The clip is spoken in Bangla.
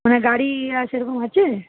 মানে গাড়ি আর সেরকম আছে